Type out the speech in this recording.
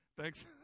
thanks